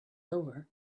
over